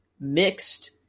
mixed